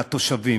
על התושבים,